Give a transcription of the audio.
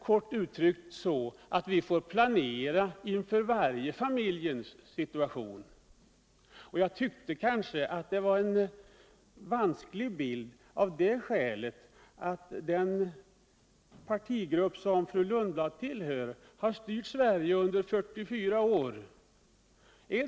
Kort uttryckt måste familjen planera inför varje situation. Grethe Lund blads beskrivning innebär en vansklig bild också av det skälet att det parti som Grethe Lundblad tillhör har styrt Sverige i 44 år.